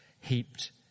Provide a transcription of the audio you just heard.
heaped